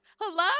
Hello